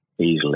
easily